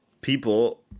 people